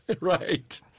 Right